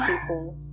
people